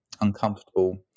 uncomfortable